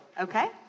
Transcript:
Okay